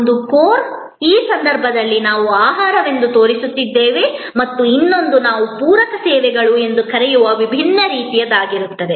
ಒಂದು ಕೋರ್ ಈ ಸಂದರ್ಭದಲ್ಲಿ ನಾವು ಆಹಾರವೆಂದು ತೋರಿಸುತ್ತಿದ್ದೇವೆ ಮತ್ತು ಇನ್ನೊಂದು ನಾವು ಪೂರಕ ಸೇವೆಗಳು ಎಂದು ಕರೆಯುವ ವಿಭಿನ್ನ ರೀತಿಯದ್ದಾಗಿರುತ್ತದೆ